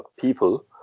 people